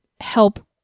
help